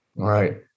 Right